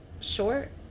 Short